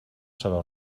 sabeu